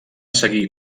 seguir